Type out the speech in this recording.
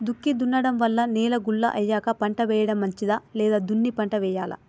దుక్కి దున్నడం వల్ల నేల గుల్ల అయ్యాక పంట వేయడం మంచిదా లేదా దున్ని పంట వెయ్యాలా?